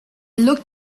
looked